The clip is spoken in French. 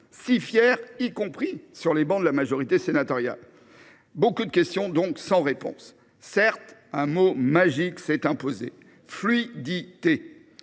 si fiers, y compris sur les bancs de la majorité sénatoriale ! Nombre de questions restent donc sans réponse. Certes, un mot magique s’est imposé :« fluidité